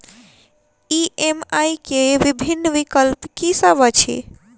EMI केँ विभिन्न विकल्प की सब अछि